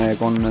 con